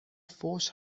فحش